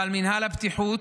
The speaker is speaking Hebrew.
אבל מינהל הבטיחות